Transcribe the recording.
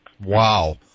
wow